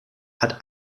hat